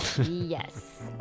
Yes